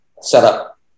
setup